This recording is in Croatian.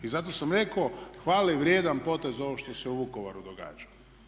I zato sam rekao hvalevrijedan potez ovo što se u Vukovaru događa.